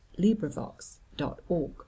LibriVox.org